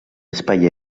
espai